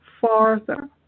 farther